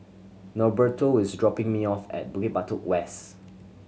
Norberto is dropping me off at Bukit Batok West